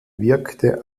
wirkte